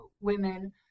women